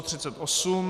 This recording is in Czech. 38.